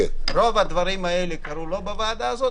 רוב הדברים האלה קרו לא בוועדה הזו.